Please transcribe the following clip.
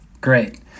great